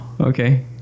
Okay